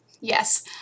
yes